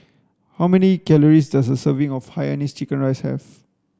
how many calories does a serving of hainanese chicken rice have